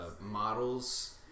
models